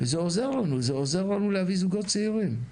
וזה עוזר לנו להביא זוגות צעירים.